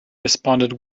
responded